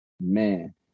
man